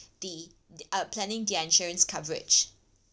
the uh planning their insurance coverage